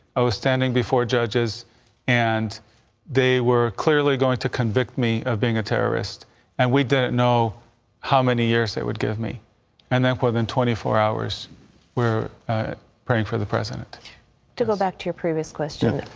i was standing before judges and they were clearly going to convict me of being a terrorist and we don't know how many years it would give me and that within twenty four hours praying for the president to go back to a previous question,